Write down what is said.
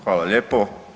Hvala lijepo.